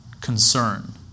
concern